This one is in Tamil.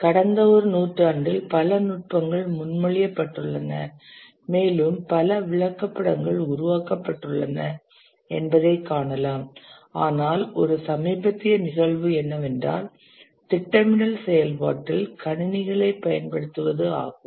கடந்த ஒரு நூற்றாண்டில் பல நுட்பங்கள் முன்மொழியப்பட்டுள்ளன மேலும் பல விளக்கப்படங்கள் உருவாக்கப்பட்டுள்ளன என்பதைக் காணலாம் ஆனால் ஒரு சமீபத்திய நிகழ்வு என்னவென்றால் திட்டமிடல் செயல்பாட்டில் கணினிகளைப் பயன்படுத்துவது ஆகும்